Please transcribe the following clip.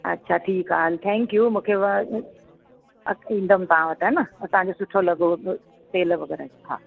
अछा ठीकु आहे हलु थैंक यू मूंखे ईंदमि तव्हां वटि हा न तव्हांजो सुठो लॻो तेलु वग़ैरह हा